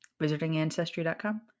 WizardingAncestry.com